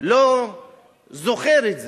לא זוכר את זה.